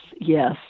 Yes